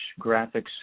graphics